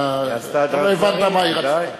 אתה לא הבנת מה היא רצתה.